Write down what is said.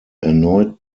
erneut